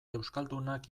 euskaldunak